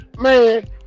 Man